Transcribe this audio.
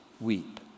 weep